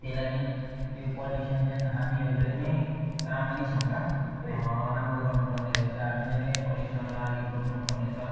त्यही लागि यो पोल्युसन चाहिँ हामीहरूले नै राम्ररीसँग राम्रो गर्नुपर्ने रहेछ हामीले नै पोल्युसनलाई अलिक रोक्नुपर्ने छ